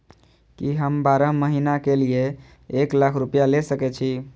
की हम बारह महीना के लिए एक लाख रूपया ले सके छी?